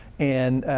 and,